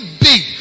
big